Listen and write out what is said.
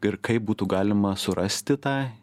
ir kaip būtų galima surasti tą